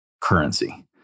currency